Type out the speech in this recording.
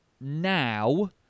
now